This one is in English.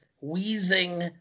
wheezing